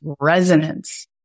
resonance